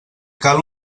cal